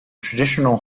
traditional